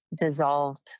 dissolved